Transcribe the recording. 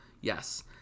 Yes